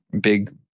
big